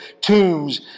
tombs